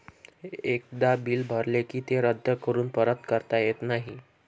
एकदा बिल भरले की ते रद्द करून परत करता येत नाही